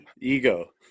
Ego